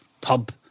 pub